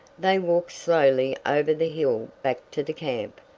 they walked slowly over the hill back to the camp.